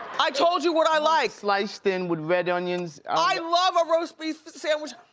i told you what i liked. sliced in with red onions. i love a roast beef sandwich,